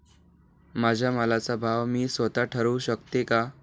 माझ्या मालाचा भाव मी स्वत: ठरवू शकते का?